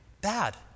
bad